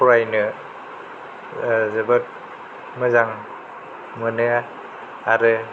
फरायनो जोबोद मोजां मोनो आरो